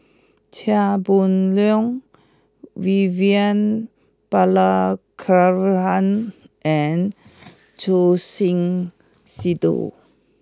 Chia Boon Leong Vivian Balakrishnan and Choor Singh Sidhu